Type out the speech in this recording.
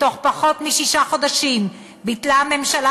בתוך פחות משישה חודשים ביטלו הממשלה